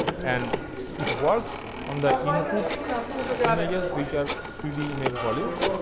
and it works on the input images, which are three d image volumes.